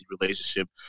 relationship